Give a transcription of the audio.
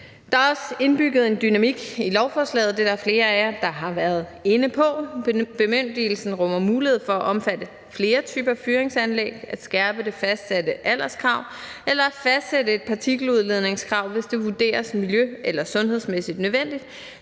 Der er også indbygget en dynamik i lovforslaget – det er der flere af jer der har været inde på. Bemyndigelsen rummer mulighed for at omfatte flere typer fyringsanlæg, at skærpe det fastsatte alderskrav eller at fastsætte et partikeludledningskrav, hvis det vurderes miljø- eller sundhedsmæssigt nødvendigt,